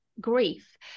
grief